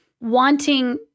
wanting